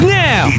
now